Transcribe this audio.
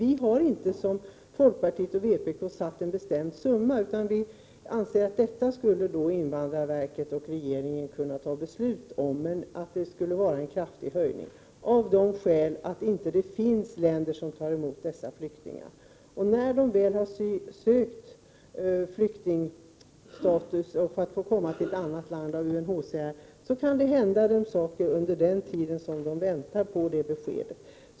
Vi har inte som folkpartiet och vpk föreslagit att en viss summa skall avsättas för detta, utan vi anser att invandrarverket och regeringen skall kunna fatta beslut i den frågan. Men vi anser att det skall ske en kraftig ökning av det skälet att det inte finns länder som tar emot dessa flyktingar. När människor väl har ansökt om att få flyktingstatus av UNHCR och att få komma till ett annat land, kan det hända dem saker under den tid de väntar på ett besked.